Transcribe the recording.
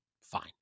fine